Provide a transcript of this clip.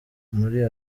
muri